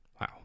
Wow